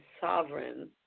sovereign